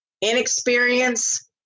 inexperience